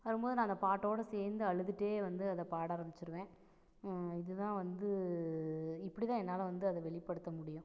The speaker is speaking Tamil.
வரும்போது நான் அந்த பாட்டோடு சேர்ந்து அழுதுகிட்டே வந்து அதை பாட ஆரம்பிச்சிடுவேன் இதுதான் வந்து இப்படிதான் என்னால் வந்து அதை வெளிப்படுத்த முடியும்